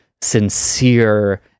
sincere